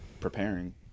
preparing